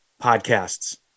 podcasts